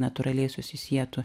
natūraliai susisietų